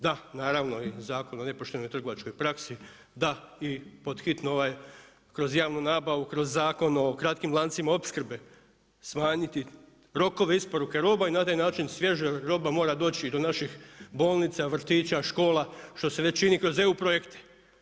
Da, naravno i Zakon o nepoštenoj trgovačkoj praksi, da i podhitno ovaj kroz javnu nabavu, kroz Zakon o kratkim lancima opskrbe, smanjiti rokove isporuke roba i na taj način svježa roba mora doći do naših bolnica, vrtića, škola, što se već čini kroz EU projekte.